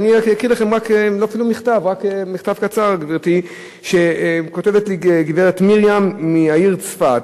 אני אקריא לכם רק מכתב קצר שכותבת לי גברת מרים מהעיר צפת.